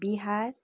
Bihar